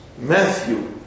Matthew